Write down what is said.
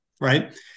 right